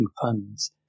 funds